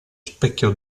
specchio